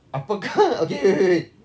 apakah okay wait wait wait